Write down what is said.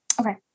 Okay